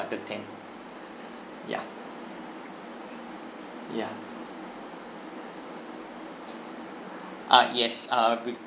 until ten ya ya uh yes uh good